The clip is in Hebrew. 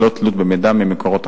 ללא תלות במידע ממקורות אחרים.